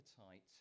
appetite